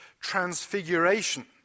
transfiguration